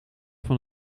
van